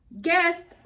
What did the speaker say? Guest